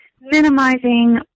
minimizing